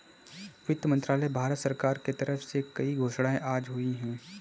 वित्त मंत्रालय, भारत सरकार के तरफ से कई घोषणाएँ आज हुई है